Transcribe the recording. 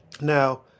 Now